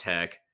Tech